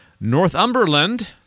Northumberland